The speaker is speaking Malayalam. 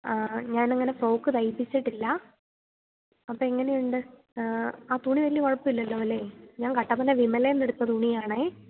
ആ ഞാനങ്ങനെ ഫ്രോക്ക് തയ്പ്പിച്ചിട്ടില്ല അപ്പോളെങ്ങനെയുണ്ട് ആ തുണി വലിയ കുഴപ്പമില്ലല്ലോ അല്ലെ ഞാൻ കട്ടപ്പന വിമലയില് നിന്നെടുത്ത തുണിയാണ്